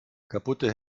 kaputte